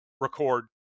record